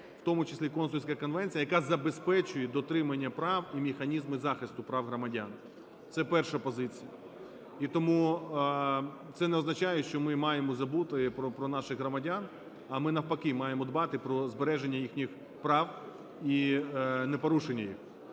в тому числі консульська конвенція, яка забезпечує дотримання прав і механізми захисту прав громадян. Це перша позиція. І тому це не означає, що ми маємо забути про наших громадян. А ми навпаки маємо дбати про збереження їхніх прав і непорушення їх.